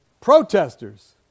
Protesters